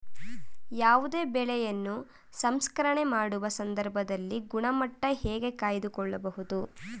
ಯಾವುದೇ ಬೆಳೆಯನ್ನು ಸಂಸ್ಕರಣೆ ಮಾಡುವ ಸಂದರ್ಭದಲ್ಲಿ ಗುಣಮಟ್ಟ ಹೇಗೆ ಕಾಯ್ದು ಕೊಳ್ಳಬಹುದು?